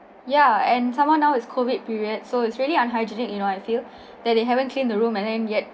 ya and some more now is COVID period so it's really unhygienic you know I feel that they haven't cleaned the room and then yet